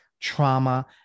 Trauma